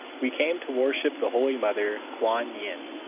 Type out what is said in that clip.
we came to worship the holy mother, kuan yin.